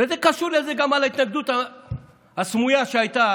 וזה קשור גם להתנגדות הסמויה שהייתה